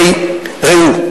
הרי ראו,